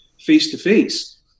face-to-face